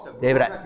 David